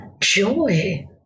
joy